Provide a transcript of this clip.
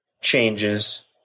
changes